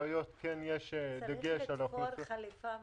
צריך לתפור חליפה מיוחדת.